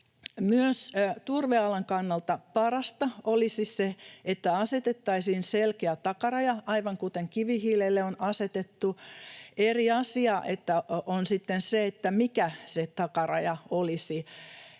Myös turvealan kannalta parasta olisi se, että asetettaisiin selkeä takaraja, aivan kuten kivihiilelle on asetettu. Eri asia on sitten se, mikä se takaraja olisi.